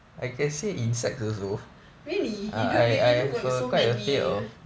really you look you look like so manly